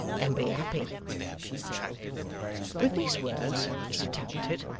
and be happy with these words, mr tappertit,